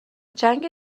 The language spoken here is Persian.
جنگ